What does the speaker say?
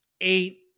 Eight